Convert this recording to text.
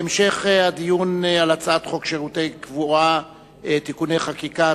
בהמשך הדיון על הצעת חוק שירותי קבורה (תיקוני חקיקה),